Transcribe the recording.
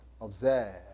Observe